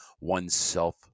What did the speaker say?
oneself